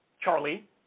Charlie